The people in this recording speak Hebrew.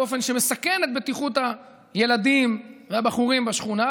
באופן שמסכן את בטיחות הילדים והבחורים בשכונה,